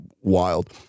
wild